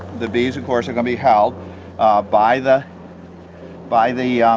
the bees of course are going to be held by the by the